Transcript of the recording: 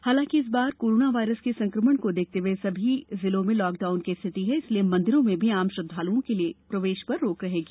हालांकि इस बार करोना वायरस के संकमण को देखते हुए सभी जिलों में लॉकडाउन की स्थिति है इसलिए मंदिरों में भी आम श्रद्दालुओं के प्रवेश पर रोक रहेगी